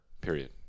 Period